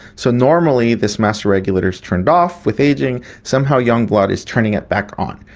so normally this master regulator is turned off with ageing, somehow young blood is turning it back on,